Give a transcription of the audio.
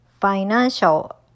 financial